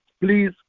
Please